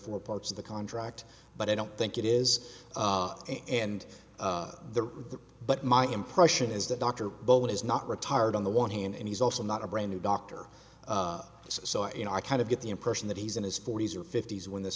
fore parts of the contract but i don't think it is and there but my impression is that dr bowman is not retired on the one hand and he's also not a brand new doctor so i you know i kind of get the impression that he's in his forty's or fifty's when this